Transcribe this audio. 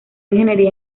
ingeniería